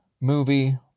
movie